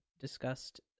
discussed